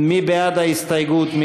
מי בעד ההסתייגות?